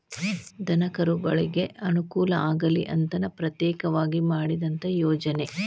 ದನಕರುಗಳಿಗೆ ಅನುಕೂಲ ಆಗಲಿ ಅಂತನ ಪ್ರತ್ಯೇಕವಾಗಿ ಮಾಡಿದಂತ ಯೋಜನೆ